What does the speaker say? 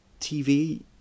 TV